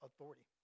authority